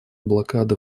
блокады